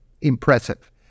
impressive